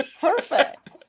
Perfect